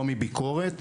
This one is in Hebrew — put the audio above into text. לא מביקורת.